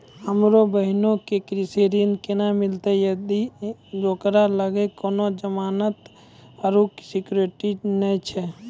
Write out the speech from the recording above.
हमरो बहिनो के कृषि ऋण केना मिलतै जदि ओकरा लगां कोनो जमानत आरु सिक्योरिटी नै छै?